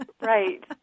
Right